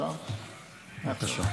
פשוט מביך.